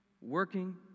working